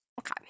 okay